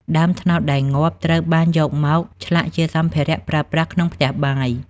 ដើមត្នោតដែលងាប់ត្រូវបានយកមកឆ្លាក់ជាសម្ភារៈប្រើប្រាស់ក្នុងផ្ទះបាយ។